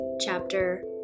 chapter